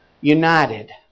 united